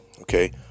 Okay